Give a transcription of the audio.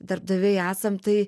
darbdaviai esam tai